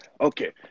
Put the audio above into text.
Okay